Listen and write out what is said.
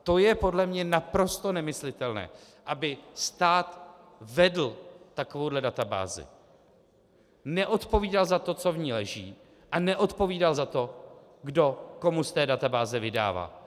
To je podle mě naprosto nemyslitelné, aby stát vedl takovouhle databázi, neodpovídal za to, co v ní leží, a neodpovídal za to, kdo komu z té databáze vydává.